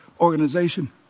Organization